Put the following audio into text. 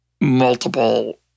multiple